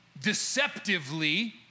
deceptively